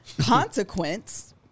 consequence